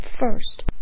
first